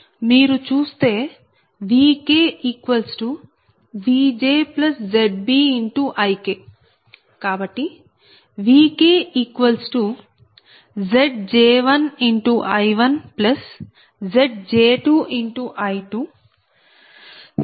మీరు చూస్తే VkVjZbIk